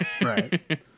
Right